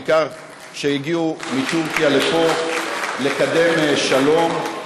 בעיקר למי שהגיעו מטורקיה לפה לקדם שלום.